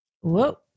Whoa